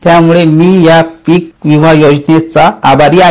त्यामुळे मी या पीक विमा योजनेचा आभारी आहे